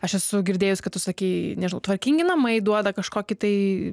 aš esu girdėjus kad tu sakei nežinau tvarkingi namai duoda kažkokį tai